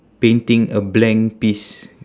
painting a blank piece